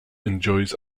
enjoys